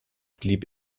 blieb